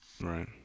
Right